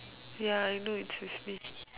ya I know it's with me